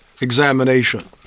examination